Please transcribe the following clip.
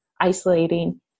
isolating